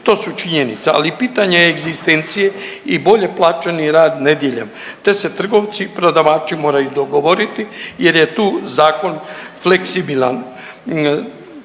To su činjenice, ali pitanje je egzistencije i bolje plaćeni rad nedjeljom te se trgovci i prodavači moraju dogovoriti jer je tu zakon fleksibilan.